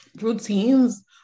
routines